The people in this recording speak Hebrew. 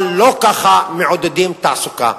אבל לא ככה מעודדים תעסוקה.